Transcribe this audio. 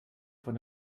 von